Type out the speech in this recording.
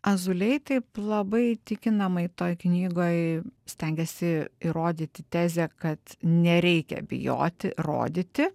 azulei taip labai įtikinamai toj knygoj stengiasi įrodyti tezę kad nereikia bijoti rodyti